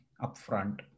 upfront